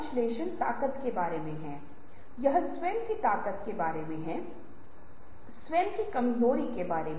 जब पर्ची कार्ड लेखन के लिए सात आठ लोग होते हैं तो वे विभिन्न कार्यात्मक क्षेत्रों से होते हैं समस्या उनके सामने प्रस्तुत की जाती है